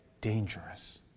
dangerous